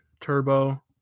Turbo